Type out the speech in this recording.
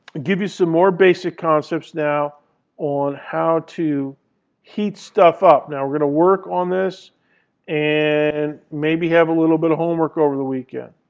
give you some more basic concepts now on how to heat stuff up. we're going to work on this and maybe have a little bit of homework over the weekend.